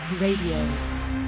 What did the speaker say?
Radio